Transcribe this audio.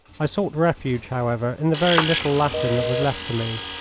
i sought refuge, however, in the very little latin that was left to me.